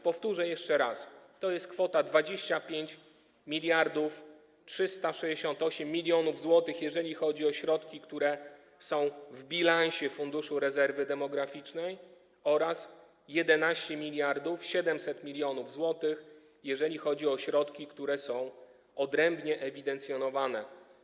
Powtórzę jeszcze raz: to jest kwota 25 368 mln zł, jeżeli chodzi o środki, które są w bilansie Funduszu Rezerwy Demograficznej, oraz 11 700 mln zł, jeżeli chodzi o środki, które są odrębnie ewidencjonowane.